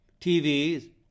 TVs